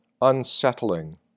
unsettling